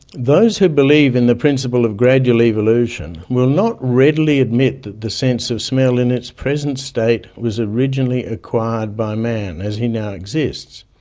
those who believe in the principle of gradual evolution, will not readily admit that the sense of smell in its present state was originally acquired by man, as he now exists.